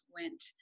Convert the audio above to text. went